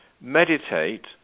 meditate